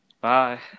Bye